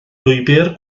lwybr